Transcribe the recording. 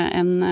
en